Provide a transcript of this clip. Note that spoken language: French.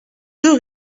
deux